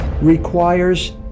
requires